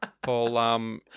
Paul